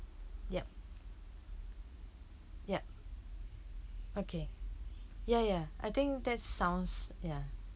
yup yup okay ya ya I think that's sounds ya